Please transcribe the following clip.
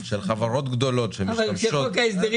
של חברות שמשתמשות במשאבי טבע